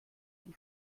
die